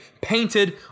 painted